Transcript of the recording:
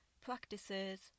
practices